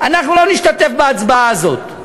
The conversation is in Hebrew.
אנחנו לא נשתתף בהצבעה הזו.